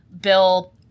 Bill